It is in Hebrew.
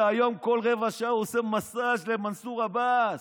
שהיום כל רבע שעה הוא עושה מסז' למנסור עבאס.